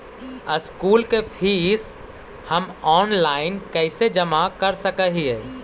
School के fees हम online कैसे जमा कर सक हिय?